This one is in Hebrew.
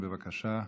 בבקשה,